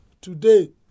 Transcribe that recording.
Today